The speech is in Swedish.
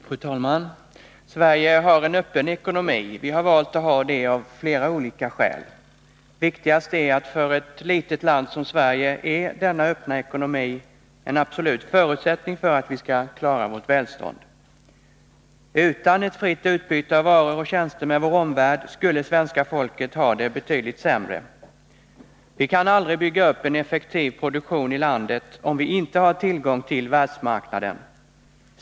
Fru talman! Sverige har en öppen ekonomi. Vi har valt att ha det av flera olika skäl. Viktigast är att för ett litet land som Sverige är denna öppna ekonomi en absolut förutsättning för att vi skall klara vårt välstånd. Utan ett fritt utbyte av varor och tjänster med vår omvärld skulle svenska folket ha det betydligt sämre. Vi kan aldrig bygga upp en effektiv produktion i landet, om vi inte har tillgång till världsmarknaden.